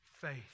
faith